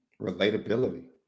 Relatability